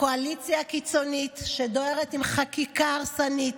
הקואליציה הקיצונית דוהרת עם חקיקה הרסנית,